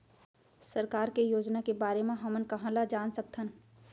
सरकार के योजना के बारे म हमन कहाँ ल जान सकथन?